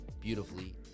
beautifully